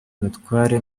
batware